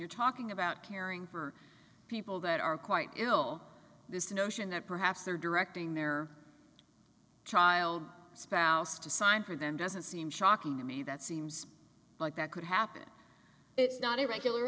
you're talking about caring for people that are quite you know this notion that perhaps they're directing their child spouse to sign for them doesn't seem shocking to me that seems like that could happen it's not a regular